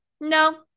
no